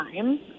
time